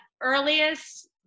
earliest